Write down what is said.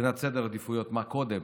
מבחינת סדר עדיפויות מה קודם,